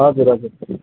हजुर हजुर